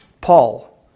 Paul